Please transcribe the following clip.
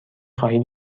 خواهی